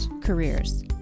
careers